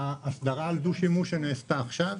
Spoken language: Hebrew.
ההסדרה שנעשתה עכשיו על דו-שימוש,